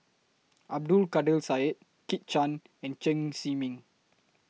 Abdul Kadir Syed Kit Chan and Chen Zhiming